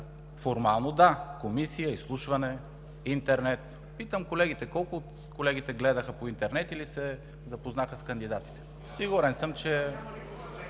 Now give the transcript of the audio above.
Формално – да, Комисия, изслушване, интернет. Питам колегите: колко от колегите гледаха по интернет или се запознаха с кандидатите? СТАНИСЛАВ